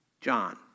John